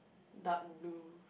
dark blue